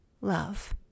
love